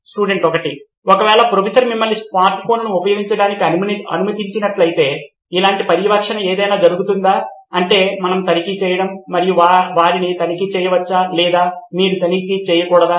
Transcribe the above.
student 1 ఒకవేళ professor మిమ్మల్ని smart ఫోన్ను ఉపయోగించడానికి అనుమతించినట్లయితే ఇలాంటి పర్యవేక్షణ ఏదైనా జరుగుతుందా అంటే మనం తనిఖీ చేయడం మీరు వారిని తనిఖీ చేయవచ్చా లేదా మీరు తనిఖీ చేయకూడదా